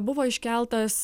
buvo iškeltas